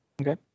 okay